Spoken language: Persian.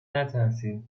نترسین